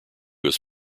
was